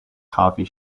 coffee